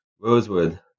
Rosewood